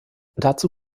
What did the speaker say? dazu